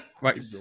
right